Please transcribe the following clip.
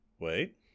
Wait